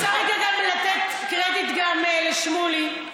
אני רוצה גם לתת קרדיט לשמולי,